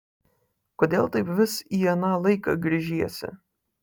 kodėl taip vis į aną laiką gręžiesi